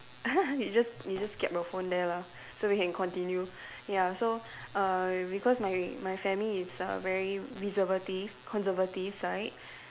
you just you just the phone there lah so we can continue ya so uh because my my family is a very reservertive conservative side